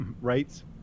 rights